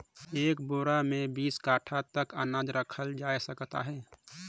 एक बोरा मे बीस काठा तक अनाज रखल जाए सकत अहे